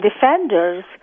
defenders